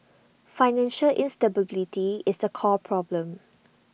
financial instability is the core problem